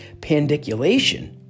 pandiculation